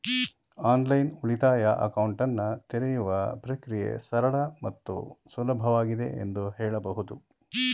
online ಉಳಿತಾಯ ಅಕೌಂಟನ್ನ ತೆರೆಯುವ ಪ್ರಕ್ರಿಯೆ ಸರಳ ಮತ್ತು ಸುಲಭವಾಗಿದೆ ಎಂದು ಹೇಳಬಹುದು